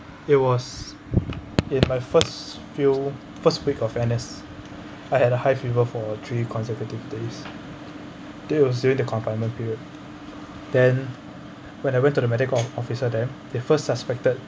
it was in my first few first week of N_S I had a high fever for three consecutive days the confinement period then when I went to the medical officer there they first suspected